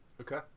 Okay